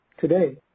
Today